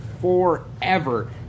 forever